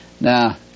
Now